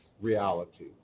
reality